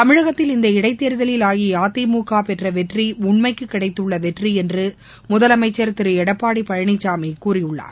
தமிழகத்தில் இந்த இளடத் தேர்தலில் அஇஅதிமுக பெற்ற வெற்றி உண்மைக்கு கிடைத்துள்ள வெற்றி என்று முதலமைச்சர் திரு எடப்பாடி பழனிசாமி கூறியுள்ளார்